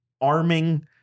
arming